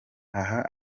aha